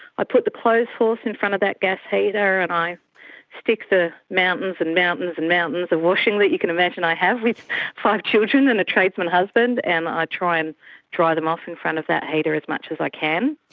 i put the clothes horse in front of that gas heater and i stick the mountains and mountains and mountains of washing that you can imagine i have with five children and a tradesman husband, and i ah try and dry them off in front of that heater as much as i can.